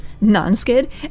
non-skid